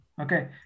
okay